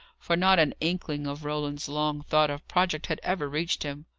for not an inkling of roland's long-thought-of project had ever reached him.